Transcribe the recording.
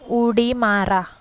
उडी मारा